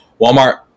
Walmart